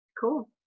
Cool